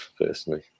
personally